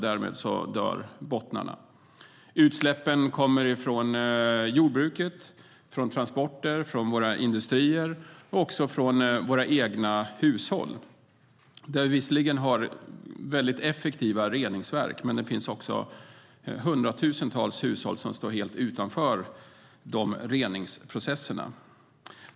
Därmed dör bottnarna. Utsläppen kommer ifrån jordbruket, från transporter, från våra industrier och även från våra egna hushåll. Där har vi visserligen effektiva reningsverk, men det finns också hundratusentals hushåll som står helt utanför dessa reningsprocesser.